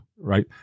right